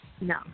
No